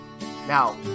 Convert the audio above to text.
now